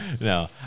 No